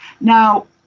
Now